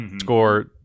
score